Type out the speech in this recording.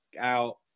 out